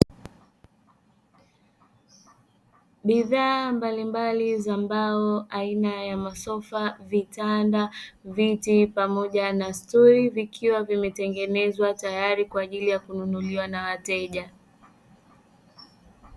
Bidhaa mbalimbali za mbao aina ya masofa, vitanda, viti pamoja na stuli, vikiwa vimetengenezwa tayari kwa ajili ya kununuliwa na wateja.